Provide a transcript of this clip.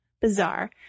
bizarre